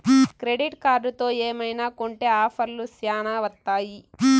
credit కార్డుతో ఏమైనా కొంటె ఆఫర్లు శ్యానా వత్తాయి